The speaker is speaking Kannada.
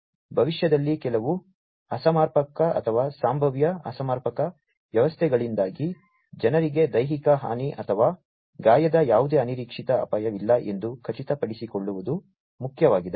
ಭವಿಷ್ಯದಲ್ಲಿ ಕೆಲವು ಅಸಮರ್ಪಕ ಅಥವಾ ಸಂಭಾವ್ಯ ಅಸಮರ್ಪಕ ವ್ಯವಸ್ಥೆಗಳಿಂದಾಗಿ ಜನರಿಗೆ ದೈಹಿಕ ಹಾನಿ ಅಥವಾ ಗಾಯದ ಯಾವುದೇ ಅನಿರೀಕ್ಷಿತ ಅಪಾಯವಿಲ್ಲ ಎಂದು ಖಚಿತಪಡಿಸಿಕೊಳ್ಳುವುದು ಮುಖ್ಯವಾಗಿದೆ